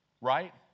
right